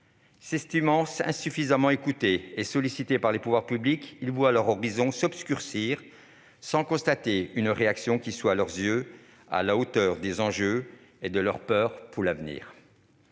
S'estimant insuffisamment écoutés et sollicités par les pouvoirs publics, ces jeunes voient leur horizon s'obscurcir sans constater une réaction qui soit à leurs yeux à la hauteur des enjeux et de leur peur quant à l'avenir.